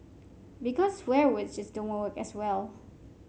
because swear words just don't work as well